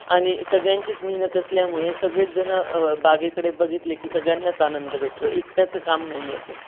आणि सगळ्यांचीच मेहनत असल्यामुळे सगळेच जण बागेकडे बघितले की सगळ्यांनाच आनंद भेटतो एकट्याचं काम नाही आहे ते